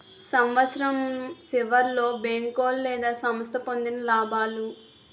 సంవత్సరం సివర్లో బేంకోలు లేదా సంస్థ పొందిన లాబాలు